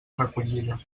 recollida